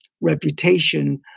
Reputation